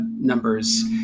numbers